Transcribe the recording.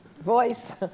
Voice